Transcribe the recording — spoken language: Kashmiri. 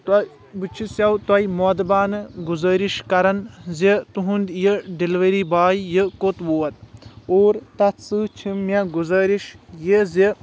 بہٕ چِھسو تۄہہِ مودبانہٕ گُزأرِش کران زِ تُہنٛد یہِ ڈیٚلؤری باے یہِ کوٚت ووت اور تَتھ سۭتۍ چھ مےٚ گُزأرِش یہِ زِ